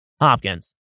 Hopkins